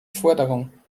forderung